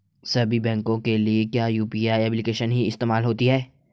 सभी बैंकों के लिए क्या यू.पी.आई एप्लिकेशन ही इस्तेमाल होती है?